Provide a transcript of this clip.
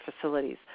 Facilities